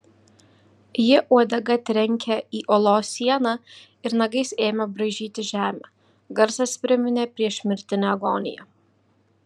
ji uodega trenkė į olos sieną ir nagais ėmė braižyti žemę garsas priminė priešmirtinę agoniją